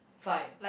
fine